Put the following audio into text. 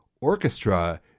orchestra